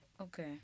Okay